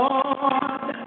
Lord